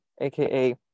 aka